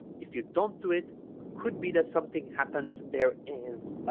if you don't do it could be that something happens there is